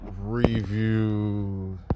review